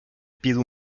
pido